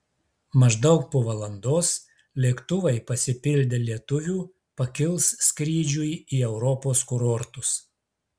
maždaug po valandos lėktuvai pasipildę lietuvių pakils skrydžiui į europos kurortus